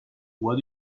what